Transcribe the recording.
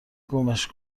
گمش